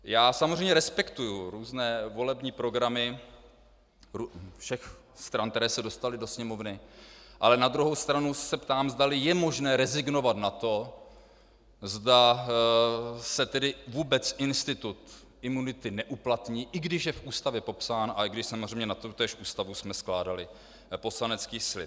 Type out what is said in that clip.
Já samozřejmě respektuji různé volební programy všech stran, které se dostaly do Sněmovny, ale na druhou stranu se ptám, zdali je možné rezignovat na to, zda se tedy vůbec institut imunity neuplatní, i když je v Ústavě popsán a i když jsme na tutéž Ústavu skládali poslanecký slib.